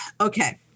okay